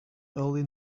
early